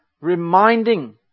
reminding